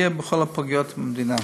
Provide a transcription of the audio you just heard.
יהיה בכל הפגיות במדינה.